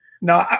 No